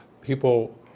people